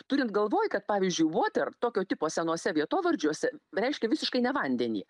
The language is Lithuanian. turint galvoj kad pavyzdžiui voter tokio tipo senuose vietovardžiuose reiškia visiškai ne vandenį